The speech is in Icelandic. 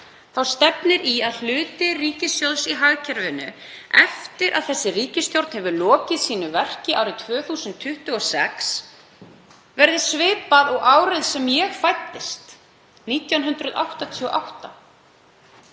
stefnir í að hlutur ríkissjóðs í hagkerfinu eftir að þessi ríkisstjórn hefur lokið sínu verki árið 2026 verði svipaður og árið sem ég fæddist, 1988.